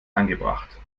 angebracht